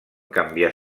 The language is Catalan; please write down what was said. canviar